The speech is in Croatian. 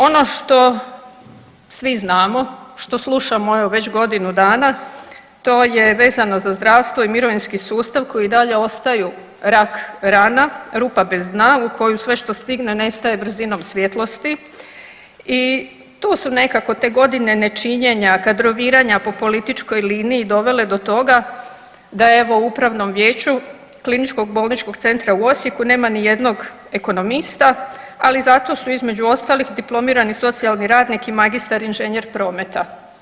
Ono što svi znamo, što slušamo evo već godinu dana, to je vezano za zdravstvo i mirovinski sustav koji dalje ostaju rak rana, rupa bez dna u koju sve što stigne nestaje brzinom svjetlosti i tu su nekako te godine nečinjenja, kadroviranja po političkoj liniji dovele do toga da evo u upravnom vijeću KBC u Osijeku nema nijednog ekonomista, ali zato su između ostalih diplomirani socijalni radnik i magistar inženjer prometa.